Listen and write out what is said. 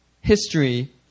history